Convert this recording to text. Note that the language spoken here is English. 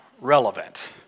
relevant